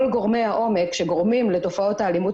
כל גורמי העומק שגורמים לתופעות האלימות